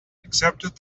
accepted